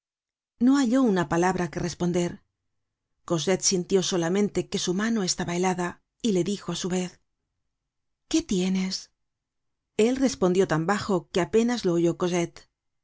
no halló una palabra que responder cosette sintió solamente que su mano estaba helada y le dijo á su vez qué tienes el respondió tan bajo que apenas lo oyó